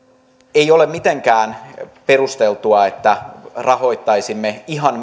ei ole mitenkään perusteltua että rahoittaisimme ihan